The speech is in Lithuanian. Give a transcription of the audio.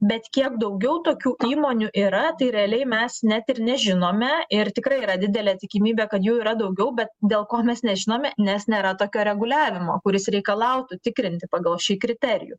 bet kiek daugiau tokių įmonių yra tai realiai mes net ir nežinome ir tikrai yra didelė tikimybė kad jų yra daugiau bet dėl ko mes nežinome nes nėra tokio reguliavimo kuris reikalautų tikrinti pagal šį kriterijų